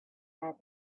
their